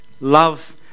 love